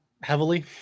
heavily